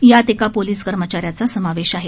त्यात एका पोलिस कर्मचाऱ्याचा समावेश आहे